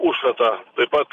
užkratą taip pat